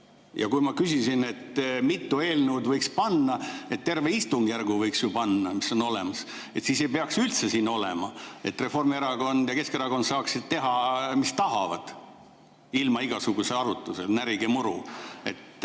Ja ma küsisin, et mitu eelnõu võiks panna – terve istungjärgu võiks ju panna, [kõik,] mis on olemas, siis ei peaks üldse siin olema. Reformierakond ja Keskerakond saaksid teha, mis tahavad, ilma igasuguse arutluseta, [teised]